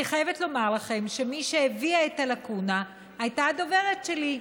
אני חייבת לומר לכם שמי שהביאה את הלקונה הייתה הדוברת שלי,